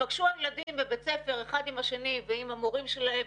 כשייפגשו הילדים בבית ספר אחד עם השני ועם המורים שלהם,